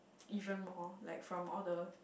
even more like from all the